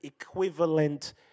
equivalent